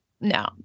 No